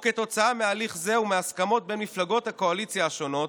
או כתוצאה מהליך זה ומהסכמות בין מפלגות הקואליציה השונות,